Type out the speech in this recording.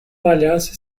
palhaço